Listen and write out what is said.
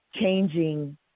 changing